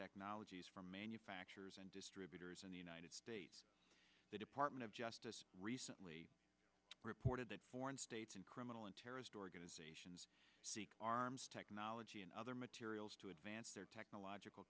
technologies from manufacturers and distributors in the united states the department of justice recently reported that foreign states and criminal and terrorist organizations arms technology and other materials to their technological